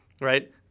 right